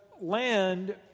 land